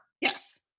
Yes